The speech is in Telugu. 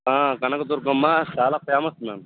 కనక దుర్గమ్మ చాలా ఫేమస్ మ్యామ్